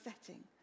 setting